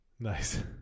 Nice